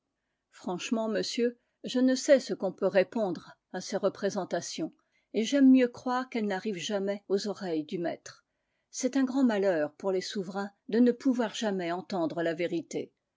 franchement monsieur je ne sais ce qu'on peut répondre à ces représentations et j'aime mieux croire qu'elles n'arrivent jamais aux oreilles du maître c'est un grand malheur pour les souverains de ne pouvoir jamais entendre la vérité